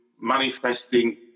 manifesting